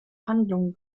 handlungen